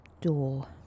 door